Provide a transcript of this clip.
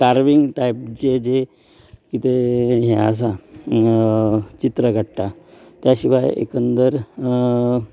carving type जें जें कितें हे आसा चित्र काडटा त्या शिवाय एकंदर